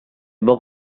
bob